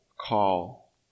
call